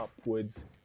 upwards